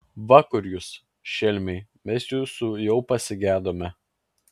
va kur jūs šelmiai mes jūsų jau pasigedome